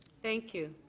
thank you.